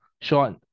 short